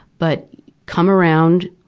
but come around,